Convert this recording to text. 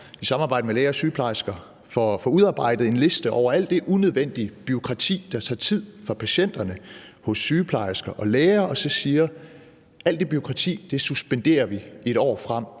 i samarbejde med læger og sygeplejersker får udarbejdet en liste over alt det unødvendige bureaukrati, der tager tid fra patienterne, hos sygeplejersker og læger, og så siger: Alt det bureaukrati suspenderer vi et år frem,